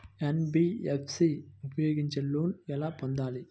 NBFC ఉపయోగించి loan ఎలా పొందాలి?